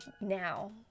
now